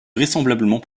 vraisemblablement